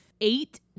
eight